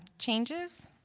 changes